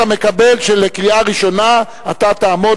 אתה מקבל שלקריאה הראשונה אתה תעמוד